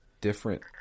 different